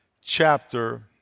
chapter